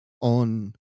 on